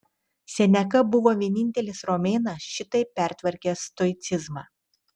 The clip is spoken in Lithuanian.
seneka buvo vienintelis romėnas šitaip pertvarkęs stoicizmą